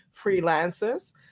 freelancers